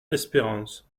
espérance